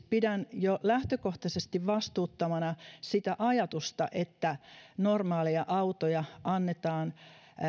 pidän todella jo lähtökohtaisesti vastuuttomana sitä ajatusta että normaaleja autoja annetaan